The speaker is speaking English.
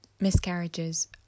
miscarriages